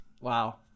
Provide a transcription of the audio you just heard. wow